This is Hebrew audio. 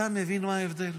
אתה מבין מה ההבדל?